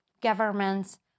governments